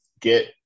get